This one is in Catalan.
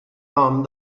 nom